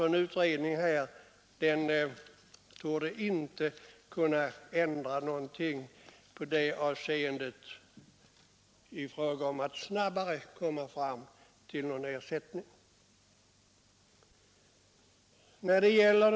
En utredning torde därför inte kunna ändra någonting i fråga om att snabbare komma fram till något som ersätter djurförsöken.